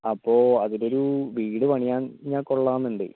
അപ്പോൾ അതിലൊരു വീട് പണിഞ്ഞാൽ കൊള്ളാമെന്നുണ്ട്